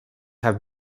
have